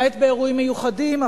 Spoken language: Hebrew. למעט באירועים מיוחדים,